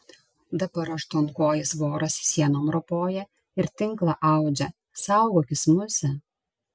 dabar aštuonkojis voras sienom ropoja ir tinklą audžia saugokis muse